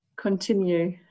continue